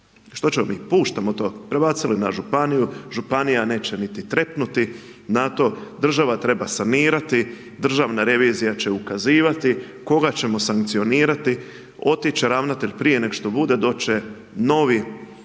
što ćemo mi? Puštamo to, prebacili na županiju, županija neće niti trepnuti na to, država treba sanirati, Državna revizija će ukazivati, koga ćemo sankcionirati, otići će ravnatelj prije nego što bude, doći će novi